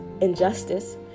injustice